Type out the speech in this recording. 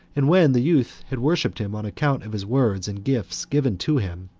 and when the youth had worshipped him on account of his words and gifts given to him,